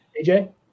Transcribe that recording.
AJ